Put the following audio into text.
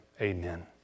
amen